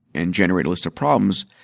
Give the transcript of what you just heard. and generate a list of problems.